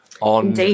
on